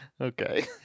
Okay